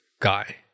guy